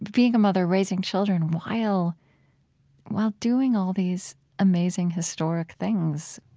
being a mother, raising children, while while doing all these amazing, historic things?